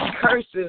curses